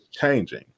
changing